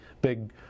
big